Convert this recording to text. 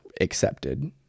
accepted